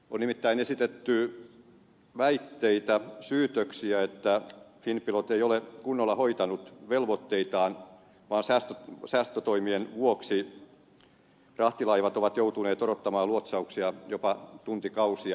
on nimittäin esitetty väitteitä syytöksiä että finnpilot ei ole kunnolla hoitanut velvoitteitaan vaan säästötoimien vuoksi rahtilaivat ovat joutuneet odottamaan luotsauksia jopa tuntikausia